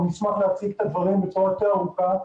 נשמח להביא את הדברים בצורה יותר עמוקה.